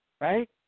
right